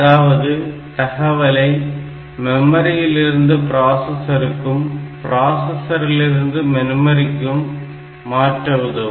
அதாவது தகவலை மெமரியில் இருந்து பிராசசருக்கும் பிராசஸரிலிருந்து மெமரிக்கும் மாற்ற உதவும்